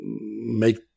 make